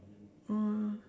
oh